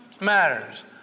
matters